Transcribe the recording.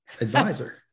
advisor